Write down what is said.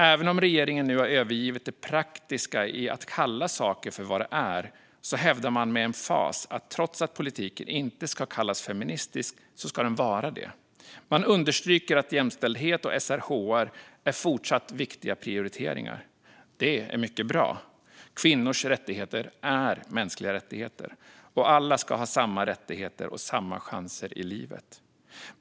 Även om regeringen nu har övergivit det praktiska i att kalla saker för vad de är så hävdar man med emfas att trots att politiken inte ska kallas för feministisk så ska den vara det. Man understryker att jämställdhet och SRHR är fortsatt viktiga prioriteringar. Det är mycket bra. Kvinnors rättigheter är mänskliga rättigheter, och alla ska ha samma rättigheter och samma chanser i livet.